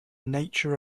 nature